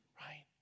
right